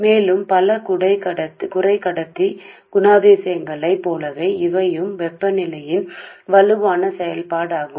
మరియు అనేక సెమీకండక్టర్ లక్షణాలు కూడా ఈ విషయాలు ఉష్ణోగ్రత బలమైన పని